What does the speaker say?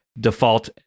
default